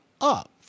up